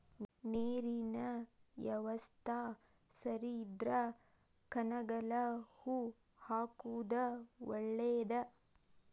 ನೇರಿನ ಯವಸ್ತಾ ಸರಿ ಇದ್ರ ಕನಗಲ ಹೂ ಹಾಕುದ ಒಳೇದ